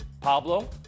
Pablo